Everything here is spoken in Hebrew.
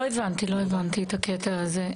לא הבנתי את הקטע הזה.